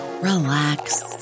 relax